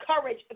courage